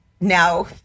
now